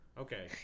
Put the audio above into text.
Okay